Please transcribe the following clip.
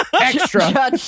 Extra